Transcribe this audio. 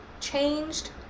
changed